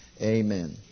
amen